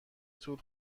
طول